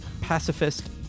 pacifist